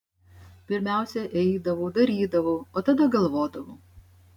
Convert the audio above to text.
pirmiausia eidavau darydavau o tada galvodavau